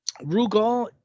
Rugal